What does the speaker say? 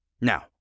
Now